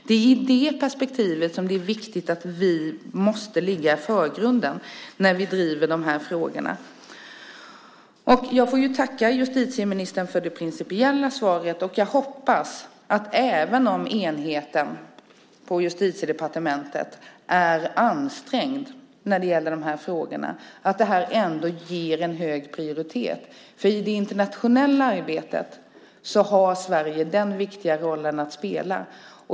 Det är i detta perspektiv det är viktigt att vi ligger i framkant när vi driver de här frågorna. Jag får tacka justitieministern för det principiella svaret. Även om enheten på Justitiedepartementet är ansträngd när det gäller de här frågorna hoppas jag att detta ges en hög prioritet. I det internationella arbetet har Sverige denna viktiga roll att spela.